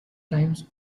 times